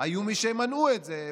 היו מי שמנעו את זה.